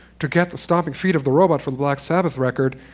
to get the stomping feet of the robot for the black sabbath record,